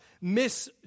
miss